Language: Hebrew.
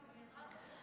בעזרת השם.